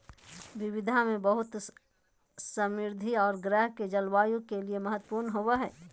विविधता में बहुत समृद्ध औरो ग्रह के जलवायु के लिए महत्वपूर्ण होबो हइ